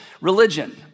religion